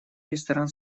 ресторан